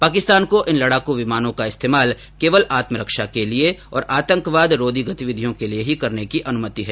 पाकिस्तान को इन लड़ाकू विमानों का इस्तेमाल केवल आत्मरक्षा के लिए और आतंकवाद रोधी गतिविधियों के लिए ही करने की अनुमति है